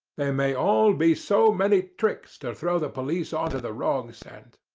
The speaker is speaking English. they may all be so many tricks to throw the police on to the wrong scent.